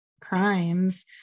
crimes